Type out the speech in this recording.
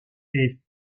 est